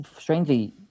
strangely